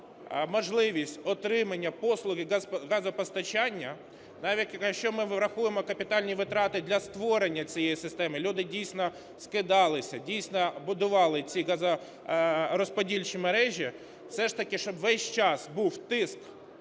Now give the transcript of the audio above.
можливість отримання послуги газопостачання, якщо ми рахуємо капітальні витрати для створення цієї системи, люди дійсно скидалися, дійсно будували ці газорозподільчі мережі. Все ж таки, щоб весь час був тиск